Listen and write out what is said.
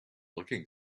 looking